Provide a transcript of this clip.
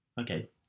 Okay